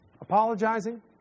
apologizing